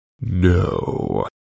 No